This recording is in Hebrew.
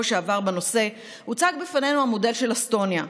שעבר בנושא הוצג בפנינו המודל של אסטוניה,